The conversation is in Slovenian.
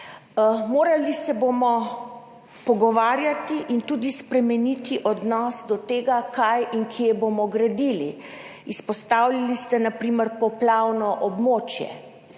Morali se bomo pogovarjati in tudi spremeniti odnos do tega, kaj in kje bomo gradili, izpostavljali ste na primer poplavno območje.